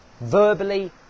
verbally